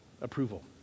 approval